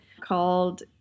called